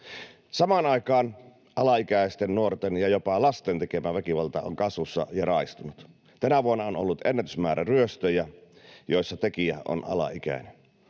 Samaan aikaan alaikäisten nuorten ja jopa lasten tekemä väkivalta on kasvussa ja raaistunut. Tänä vuonna on ollut ennätysmäärä ryöstöjä, joissa tekijä on ollut alaikäinen.